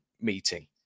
meeting